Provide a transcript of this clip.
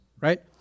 right